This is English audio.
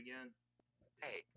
Hey